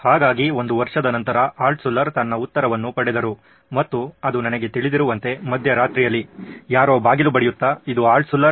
ಹಾಗಾಗಿ ಒಂದು ವರ್ಷದ ನಂತರ ಆಲ್ಟ್ಶುಲ್ಲರ್ ತನ್ನ ಉತ್ತರವನ್ನು ಪಡೆದರು ಮತ್ತು ಅದು ನನಗೆ ತಿಳಿದಿರುವಂತೆ ಮಧ್ಯರಾತ್ರಿಯಲ್ಲಿ ಯಾರೋ ಬಾಗಿಲು ಬಡಿಯುತ್ತಾ ಇದು ಆಲ್ಟ್ಶುಲ್ಲರ್